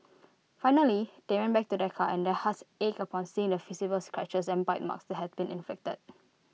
finally they went back to their car and their hearts ached upon seeing the visible scratches and bite marks that had been inflicted